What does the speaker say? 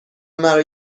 مرا